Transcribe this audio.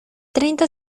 treinta